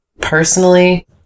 personally